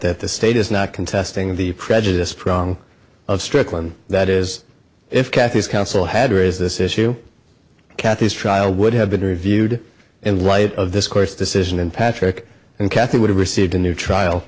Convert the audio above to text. that the state is not contesting the prejudice prong of strickland that is if kathy's counsel had raised this issue kathy's trial would have been reviewed in light of this course decision and patrick and kathy would have received a new trial